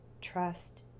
trust